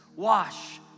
wash